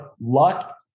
luck